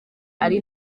ari